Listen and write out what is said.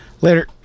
Later